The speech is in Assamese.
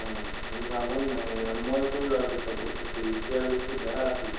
সেইবোৰ ভাল হ'ল নে মইটো যেতিয়া গৈছিলোঁ বেয়া আছিলে